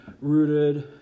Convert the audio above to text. rooted